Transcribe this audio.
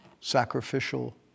sacrificial